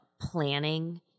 planning